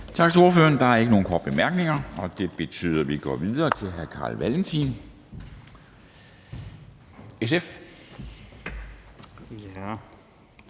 Tak til ordføreren. Der er ikke nogen korte bemærkninger. Det betyder, at vi går videre til hr. Carl Valentin, SF. Kl.